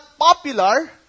popular